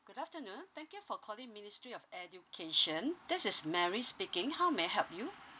good afternoon thank you for calling ministry of education this is mary speaking how may I help you